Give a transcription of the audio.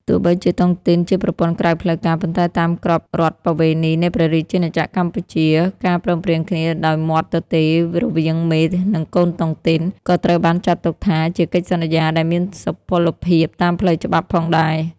ទោះបីជាតុងទីនជាប្រព័ន្ធក្រៅផ្លូវការ ប៉ុន្តែតាមក្រមរដ្ឋប្បវេណីនៃព្រះរាជាណាចក្រកម្ពុជា ការព្រមព្រៀងគ្នាដោយមាត់ទទេរវាងមេ និងកូនតុងទីន ក៏ត្រូវបានចាត់ទុកថាជា "កិច្ចសន្យា" ដែលមានសុពលភាពតាមផ្លូវច្បាប់ផងដែរ។